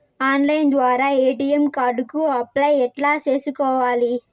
Online ద్వారా ATM card కు apply ఎట్లా సేసుకోవాలి?